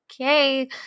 okay